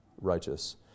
righteous